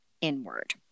inward